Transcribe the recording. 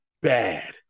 Bad